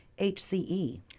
HCE